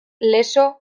lezo